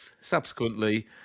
subsequently